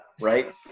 right